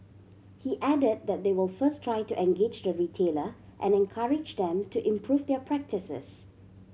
he added that they will first try to engage the retailer and encourage them to improve their practices